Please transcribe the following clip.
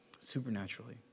supernaturally